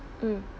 mm